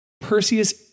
Perseus